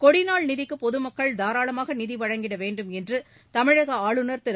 கொடிநாள் நிதிக்கு பொதுமக்கள் தாராளமாக நிதி வழங்கிட வேண்டும் என்று தமிழக ஆளுநர் திரு